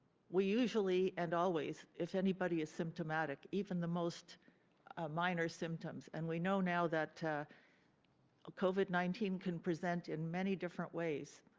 we usually and always, if anybody is symptomatic, even the most minor symptoms, and we know now that ah covid nineteen can present in many different ways,